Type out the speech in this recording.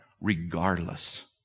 regardless